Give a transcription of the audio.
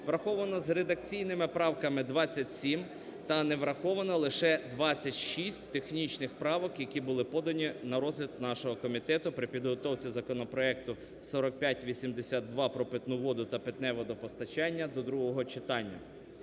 Враховано з редакційними правками 27 та не враховано лише 26 технічних правок, які були подані на розгляд нашого комітету при підготовці законопроекту 4582 "Про питну воду та питне водопостачання" до другого читання.